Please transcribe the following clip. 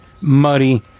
muddy